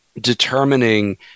determining